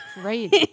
Right